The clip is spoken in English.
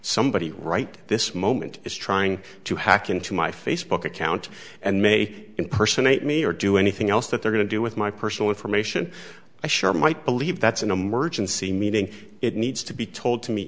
somebody right this moment is trying to hack into my facebook account and may impersonate me or do anything else that they're going to do with my personal information i sure might believe that's an emergency meeting it needs to be told to me